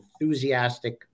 enthusiastic